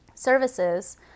services